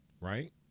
right